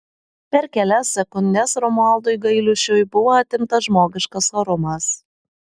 per kelias sekundes romualdui gailiušiui buvo atimtas žmogiškas orumas